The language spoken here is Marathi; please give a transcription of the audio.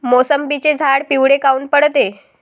मोसंबीचे झाडं पिवळे काऊन पडते?